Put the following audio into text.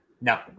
No